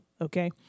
okay